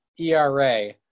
ERA